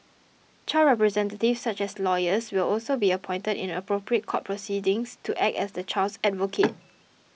child representatives such as lawyers will also be appointed in appropriate court proceedings to act as the child's advocate